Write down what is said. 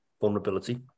Vulnerability